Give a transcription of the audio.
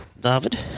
David